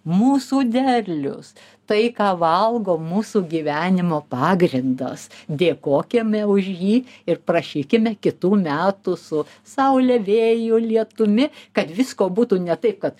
mūsų derlius tai ką valgo mūsų gyvenimo pagrindas dėkokime už jį ir prašykime kitų metų su saule vėju lietumi kad visko būtų ne taip kad